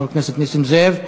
חבר הכנסת נסים זאב,